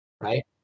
right